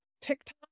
TikTok